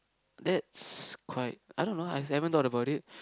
that's quite I don't know I haven't thought about it